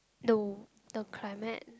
know the climate